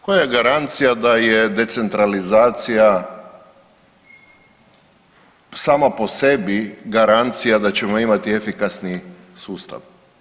Koja je garancija da je decentralizacija sama po sebi garancija da ćemo imati efikasni sustav?